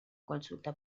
consulta